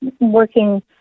working